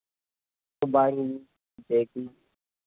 bank ही देगी